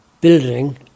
building